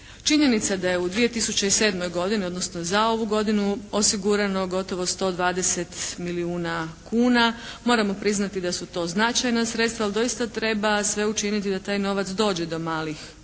Činjenica da je u 2007. godini odnosno za ovu godinu osigurano gotovo 120 milijuna kuna. Moramo priznati da su to značajna sredstva. Ali doista treba sve učiniti da taj novac dođe do malih